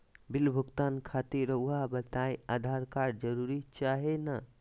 Bill भुगतान खातिर रहुआ बताइं आधार कार्ड जरूर चाहे ना?